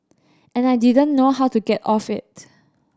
and I didn't know how to get off it